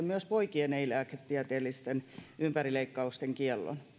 myös poikien ei lääketieteellisten ympärileikkausten kiellon